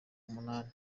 umunani